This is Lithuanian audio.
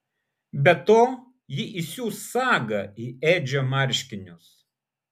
be to ji įsius sagą į edžio marškinius